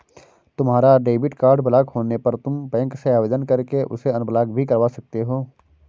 तुम्हारा debit card block होने पर तुम बैंक से आवेदन करके उसे अनब्लॉक भी करवा सकते हो